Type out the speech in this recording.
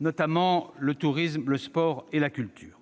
notamment le tourisme, le sport et la culture.